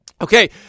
okay